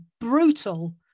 brutal